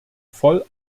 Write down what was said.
voll